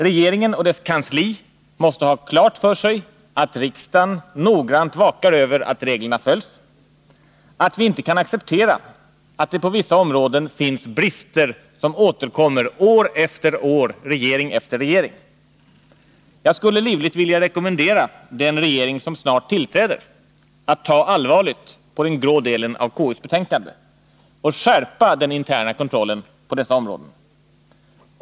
Regeringen och dess kansli måste ha klart för sig att riksdagen noggrant vakar över att reglerna följs och att vi inte kan acceptera att det på vissa områden finns brister som återkommer år efter år, regering efter regering. Jag skulle livligt vilja rekommendera den regering som snart tillträder att ta allvarligt på den grå delen av KU:s betänkande och skärpa den interna kontrollen på dessa områden.